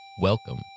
Welcome